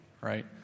right